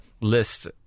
list